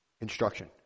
instruction